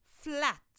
flat